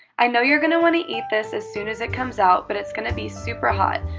i know you're gonna want to eat this as soon as it comes out, but it's gonna be super hot.